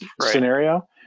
scenario